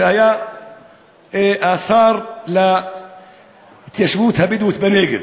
כשהיה השר להתיישבות הבדואית בנגב.